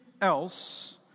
else